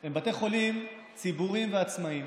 הם בתי חולים ציבוריים ועצמאיים,